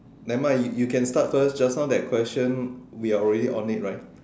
never mind you you can start first just now that question we already on it right